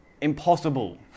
impossible